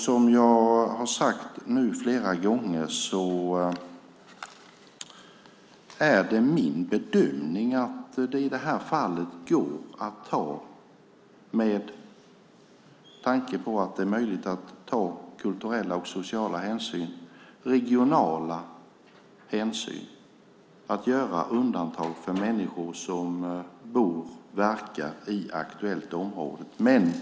Som jag sagt flera gånger nu är det min bedömning att det i detta fall går, med tanke på att det är möjligt att ta kulturella och sociala hänsyn, att ta regionala hänsyn och göra undantag för människor som bor och verkar i aktuellt område.